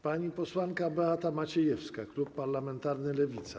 Pani posłanka Beata Maciejewska, klub parlamentarny Lewica.